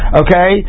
okay